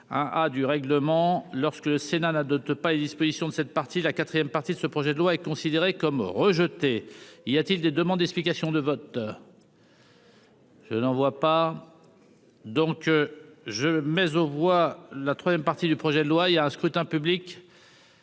ah du règlement lorsque le Sénat de te pas les dispositions de cette partie, la 4ème partie de ce projet de loi est considéré comme rejeté, y a-t-il des demandes d'explications de vote. Je n'en vois pas donc je mais aux voit la 3ème partie du projet de loi il y a un scrutin public.